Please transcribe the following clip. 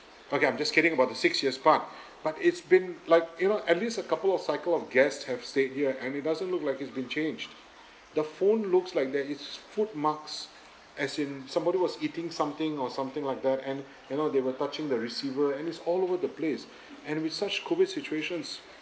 okay I'm just kidding about the six years part but it's been like you know at least a couple of cycle of guests have stayed here and it doesn't look like it's been changed the phone looks like there is food marks as in somebody was eating something or something like that and you know they were touching the receiver and it's all over the place and with such COVID situations